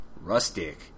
rustic